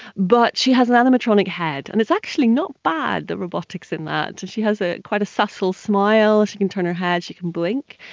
but she has an animatronic head, and it's actually not bad, the robotics in that, and she has ah quite a subtle smile, she can turn her head, she can blink.